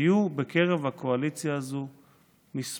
שיהיו בקרב הקואליציה הזו כמה,